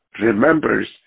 remembers